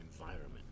environment